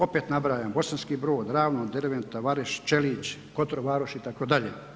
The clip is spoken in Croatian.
Opet nabrajam Bosanski Brod, Ravno, Derventa, Vareš, Čelić, Kotor Varoš itd.